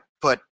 put